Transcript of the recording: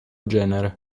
genere